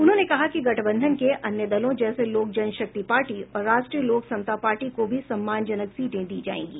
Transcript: उन्होंने कहा कि गठबंधन के अन्य दलों जैसे लोक जनशक्ति पार्टी और राष्ट्रीय लोक समता पार्टी को भी सम्मानजनक सीटें दी जाएंगी